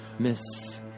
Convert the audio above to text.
Miss